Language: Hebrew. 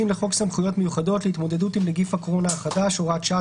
לחוק סמכויות מיוחדות להתמודדות עם נגיף הקורונה החדש (הוראת שעה),